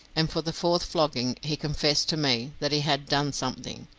and for the fourth flogging he confessed to me that he had done something,